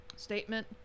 Statement